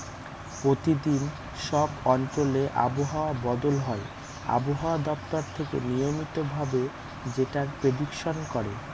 প্রতিদিন সব অঞ্চলে আবহাওয়া বদল হয় আবহাওয়া দপ্তর থেকে নিয়মিত ভাবে যেটার প্রেডিকশন করে